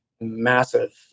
massive